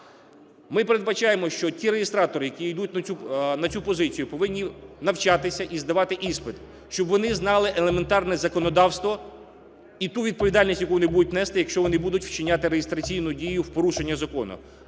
Ми передбачаємо, що ті реєстратори, які ідуть на цю позицію, повинні навчатися і здавати іспит, щоб вони знали елементарне законодавство і ту відповідальність, яку вони будуть нести, якщо вони будуть вчиняти реєстраційну дію в порушення закону,